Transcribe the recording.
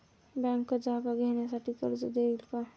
Bank जागा घेण्यासाठी कर्ज देईल का?